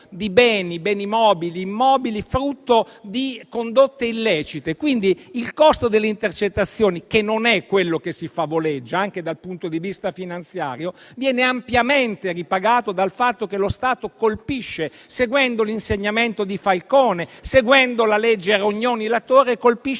di beni mobili e immobili frutto di condotte illecite. Il costo delle intercettazioni, che non è quello che si favoleggia anche dal punto di vista finanziario, viene ampiamente ripagato dal fatto che lo Stato, seguendo l'insegnamento di Falcone e la legge Rognoni-La Torre, colpisce